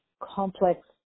complex